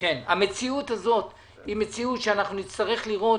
המציאות הזאת היא מציאות שאנחנו נצטרך לראות